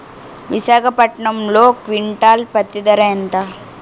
విశాఖపట్నంలో క్వింటాల్ పత్తి ధర ఎంత?